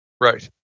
Right